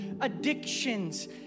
addictions